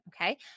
okay